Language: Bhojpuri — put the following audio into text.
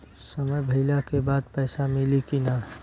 समय भइला के बाद पैसा मिली कि ना?